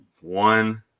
One